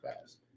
fast